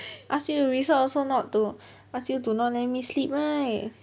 ask you to research also not to ask you to not let me sleep right